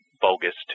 bogus